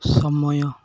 ସମୟ